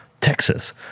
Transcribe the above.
Texas